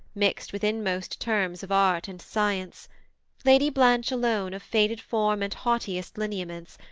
mixt with inmost terms of art and science lady blanche alone of faded form and haughtiest lineaments,